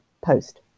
post